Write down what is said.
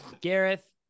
gareth